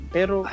Pero